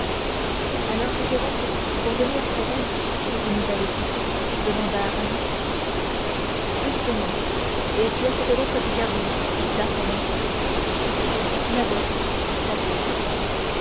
alors c'était donc pour venir près d'elle que vous nous avez quittés demanda aramis justement et tu as cette lettre du cardinal dit d'artagnan la voici dit athos